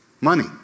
money